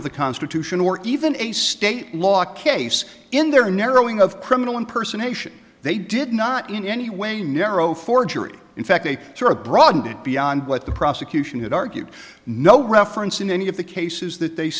of the constitution or even a state law case in their narrowing of criminal impersonation they did not in any way narrow forgery in fact they have broadened it beyond what the prosecution had argued no reference in any of the cases that they